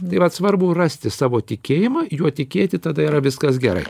tai vat svarbu rasti savo tikėjimą juo tikėti tada yra viskas gerai